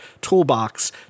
toolbox